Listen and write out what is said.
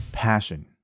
passion